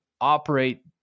operate